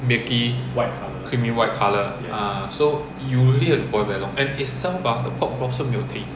milky creamy white colour ah so you need to boil very long and itself ah the pork broth soup 没有 taste 的